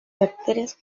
bacterias